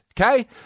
Okay